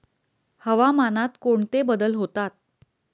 हवामानात कोणते बदल होतात?